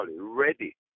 ready